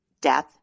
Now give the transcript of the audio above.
Death